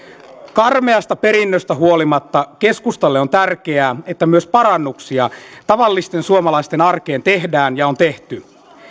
karmeasta perinnöstä huolimatta keskustalle on tärkeää että myös parannuksia tavallisten suomalaisten arkeen tehdään ja on tehty